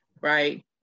Right